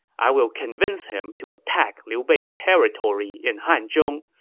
i will convince him to attack liu bei's territory in hanzhong,